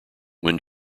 when